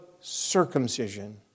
circumcision